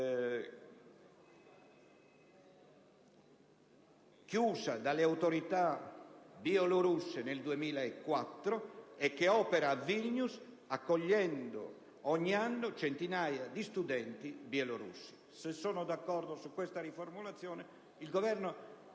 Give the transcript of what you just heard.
chiusa dalle autorità bielorusse nel 2004 e ora operante a Vilnius, accogliendo ogni anno centinaia di studenti bielorussi». Se i proponenti concordano con questa riformulazione, il Governo